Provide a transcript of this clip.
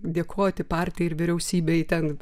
dėkoti partijai ir vyriausybei ten